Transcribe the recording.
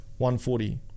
140